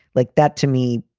like that. to me,